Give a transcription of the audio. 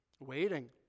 waiting